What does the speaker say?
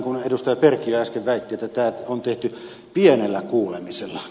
perkiö äsken väitti on tehty pienellä kuulemisella